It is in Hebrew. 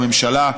בממשלה,